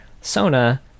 Sona